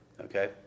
Okay